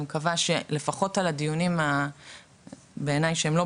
אני מקווה שלפחות בדיונים של הוועדה הזאת שאינם